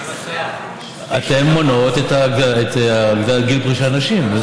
אתן מעלות את גיל הפרישה לנשים.